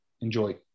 Enjoy